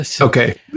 Okay